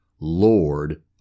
Lord